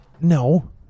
no